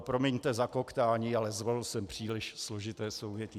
Promiňte zakoktání, ale zvolil jsem příliš složité souvětí.